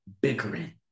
bickering